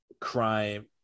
crime